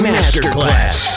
Masterclass